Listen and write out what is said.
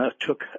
took